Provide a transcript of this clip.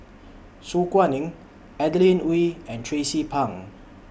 Su Guaning Adeline Ooi and Tracie Pang